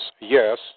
yes